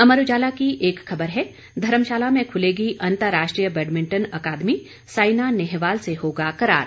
अमर उजाला की एक खबर है धर्मशाला में खुलेगी अंतरराष्ट्रीय बैडमिंटन अकादमी साइना नेहवाल से होगा करार